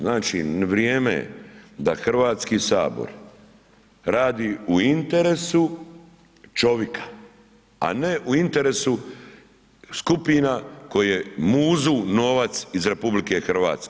Znači, vrijeme je da Hrvatski sabor radi u interesu čovjeka a ne u interesu skupina koje muzu novac iz RH.